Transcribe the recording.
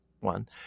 One